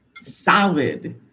solid